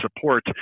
support